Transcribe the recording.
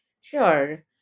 Sure